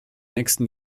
nächsten